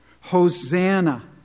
Hosanna